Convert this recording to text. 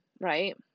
right